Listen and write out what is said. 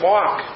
Walk